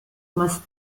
más